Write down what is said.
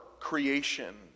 creation